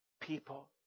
people